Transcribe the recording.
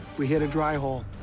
we hit a dry hole.